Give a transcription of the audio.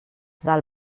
del